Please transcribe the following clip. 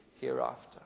hereafter